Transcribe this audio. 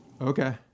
Okay